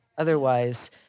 Otherwise